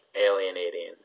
alienating